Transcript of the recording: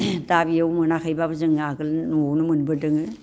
दा बेयाव मोनाखैबाबो जों आगोल न'आव मोनबोदोङो